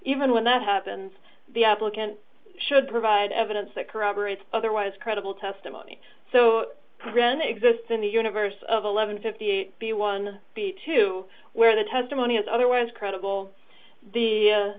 even when that happens the applicant should provide evidence that corroborates otherwise credible testimony so grand exists in the universe of eleven fifty eight b one b two where the testimony is otherwise credible the